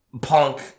punk